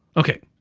okay,